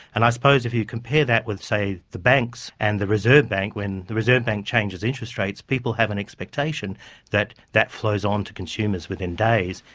and i suppose if you compare that with, say, the banks, and the reserve bank, when the reserve bank changes interest rates, people have an expectation that that flows on to consumers within days.